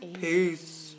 peace